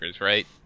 right